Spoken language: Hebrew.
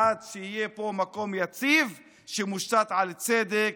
עד שיהיה פה מקום יציב שמושתת על צדק,